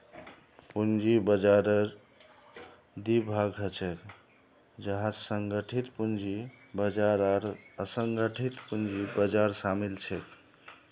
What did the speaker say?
पूंजी बाजाररेर दी भाग ह छेक जहात संगठित पूंजी बाजार आर असंगठित पूंजी बाजार शामिल छेक